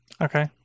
Okay